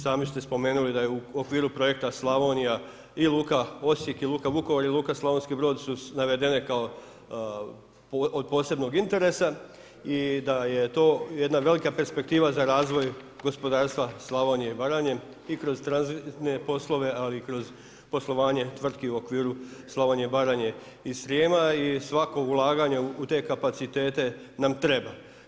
Sami ste spomenuli da je u okviru projekta „Slavonija“ i Luka Osijek i Luka Vukovar i Luka Slavonski Brod su navedene kao od posebnog interesa i da je to jedna velika perspektiva za razvoj gospodarstva Slavonije i Baranje i kroz tranzitne poslove, ali i kroz poslovanje tvrtki u okviru Slavonije i Baranje i Srijema i svako ulaganje u te kapacitete nam treba.